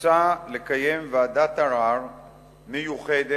מוצע לקיים ועדת ערר מיוחדת